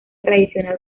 tradicional